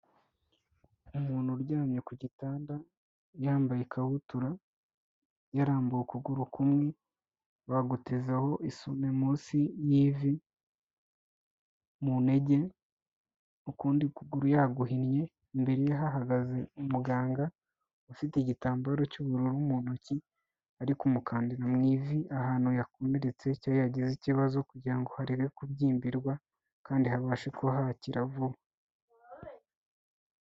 Umuntu uryamye ku gitanda, yambaye ikabutura, yarambuye ukuguru kumwe, bagutezaho isume munsi y'ivi, mu ntege, ukundi kuguru yaguhinnye, imbere ye hahagaze umuganga, ufite igitambaro cy'ubururu mu ntoki, ari kumukandira mu ivi, ahantu yakomeretse cya yagize ikibazo kugira ngo hareke kubyimbirwa, kandi habashe kuba hakira vuba.